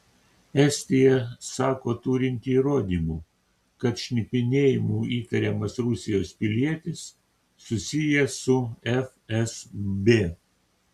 estija sako turinti įrodymų kad šnipinėjimu įtariamas rusijos pilietis susijęs su fsb